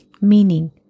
meaning